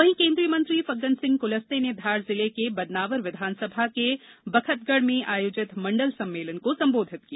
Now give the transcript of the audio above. वहीं केंद्रीय मंत्री फग्गन सिंह कुलस्ते ने धार जिले में बदनावर विधानसभा के बखतगढ़ में आयोजित मंडल सम्मेलन को संबोधित किया